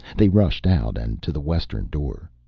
they rushed out and to the western door.